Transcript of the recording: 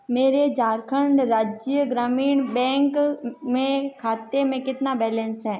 मेरे झारखण्ड राज्य ग्रामीण बैंक में खाते में कितना बैलेंस है